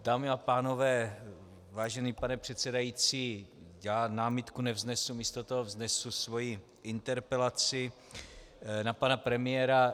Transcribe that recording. Dámy a pánové, vážený pane předsedající, námitku nevznesu, místo toho vznesu svoji interpelaci na pana premiéra.